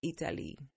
Italy